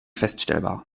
feststellbar